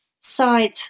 Side